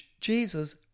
Jesus